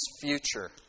future